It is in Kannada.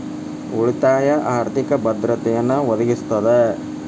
ಉಳಿತಾಯ ಆರ್ಥಿಕ ಭದ್ರತೆಯನ್ನ ಒದಗಿಸ್ತದ